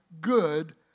good